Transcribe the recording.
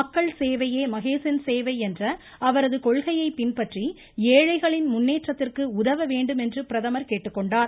மக்கள் சேவையே மகேசன் சேவை என்ற அவரது கொள்கையை பின்பற்றி ஏழைகளின் முன்னேற்றத்திற்கு உதவ வேண்டும் என்று பிரதமர் கேட்டுக்கொண்டார்